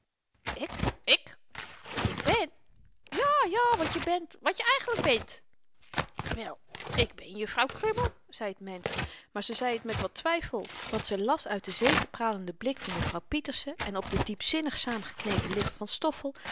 ik ik wat ik bèn ja ja wat je bent wat je eigenlyk bent wèl ik ben juffrouw krummel zei t mensch maar ze zei t met wat twyfel want ze las uit den zegepralenden blik van juffrouw pieterse en op de diepzinnig saamgeknepen lippen van stoffel